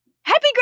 happy